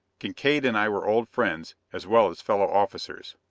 kincaid and i were old friends, as well as fellow officers.